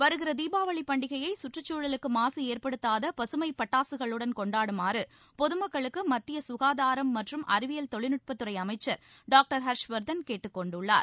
வருகிற தீபாவளிப் பண்டிகையை கற்றுச்சூழலுக்கு மாசு ஏற்படுத்தாத பகமைப் பட்டாசுகளுடன் கொண்டாடுமாறு பொது மக்களுக்கு மத்திய சுகாதாரம் மற்றும் அறிவியல் தொழில்நுட்பத்துறை அமைச்சர் டாக்டர் ஹர்ஷ்வர்தன் கேட்டுக் கொண்டுள்ளார்